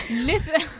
Listen